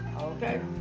Okay